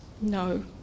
no